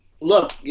look